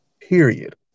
period